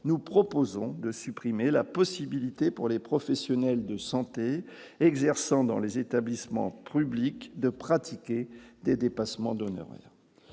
nous proposons de supprimer la possibilité pour les professionnels de santé exerçant dans les établissements cru Blick de pratiquer des dépassements d'honoraires,